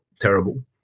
terrible